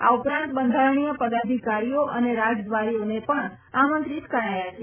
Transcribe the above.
આ ઉપરાંત બંધારણીય પદાધિકારીઓ અને રાજદ્વારીઓને પણ આમંત્રિત કરાયા છે